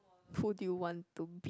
who do you want to be